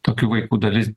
tokių vaikų dalis